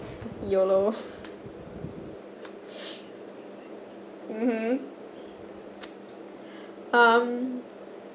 YOLO mmhmm um